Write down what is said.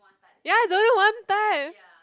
ya is only one time